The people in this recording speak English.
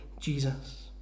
Jesus